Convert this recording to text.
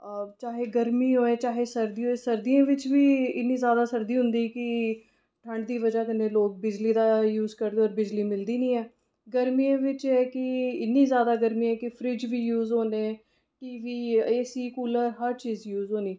चाहे गर्मी होऐ चाहे सर्दी होए सर्दियें बिच बी इन्नी जैदा सर्दी होंदी कि ठंड दी वजह् कन्नै लोक बिजली दा यूज करदे होर बिजली मिलदी निं ऐ गर्मियें बिच एह् ऐ कि इन्नी जैदा गर्मी ऐ कि फ्रिज बी यूज होने टीवी एसी कूलर हर चीज यूज होनी